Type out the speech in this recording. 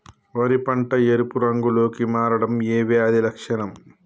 వరి పంట ఎరుపు రంగు లో కి మారడం ఏ వ్యాధి లక్షణం?